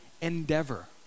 endeavor